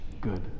Good